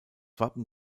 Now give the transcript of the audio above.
wappen